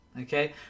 okay